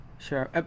Sure